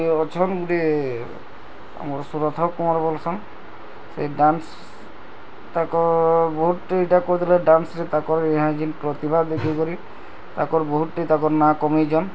ଇଏ ଅଛନ୍ ଗୁଟେ ଆମର୍ ସୁରଥ କୁମାର୍ ବୋଲସନ୍ ସେ ଡ଼୍ୟାନ୍ସ ତାକ ବହୁତ୍ ଇଟା କହିଦେଲା ଡ଼ାନ୍ସରେ ତାଙ୍କର୍ ୟାହା ଯେନ୍ ପ୍ରଥିଭା ଦେଖିକରି ତାଙ୍କର୍ ବୋହୁତଠି ତାକର୍ ନାମ୍ କମେଇଚନ୍